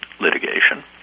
litigation